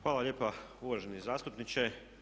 Hvala lijepa uvaženi zastupniče.